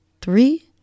three